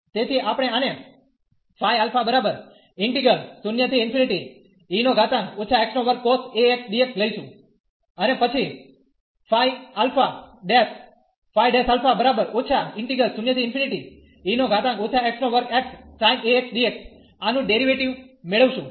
તેથી આપણે આને લઈશું અને પછી આ નું ડેરીવેટીવ મેળવીશું